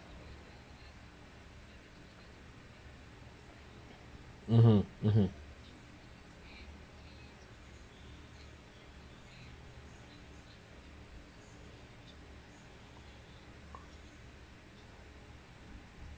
mmhmm mmhmm